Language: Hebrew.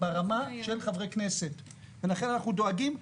ברמה של חברי כנסת ולכן אנחנו דואגים,